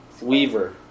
Weaver